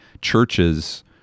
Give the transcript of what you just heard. churches